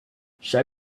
show